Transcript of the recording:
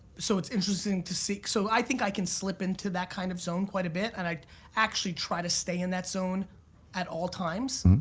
so it's interesting to see, so i think i can slip into that kind of zone quite a bit and i actually try to stay in that zone at all times.